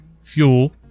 fuel